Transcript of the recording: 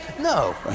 No